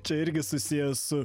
čia irgi susiję su